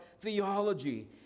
theology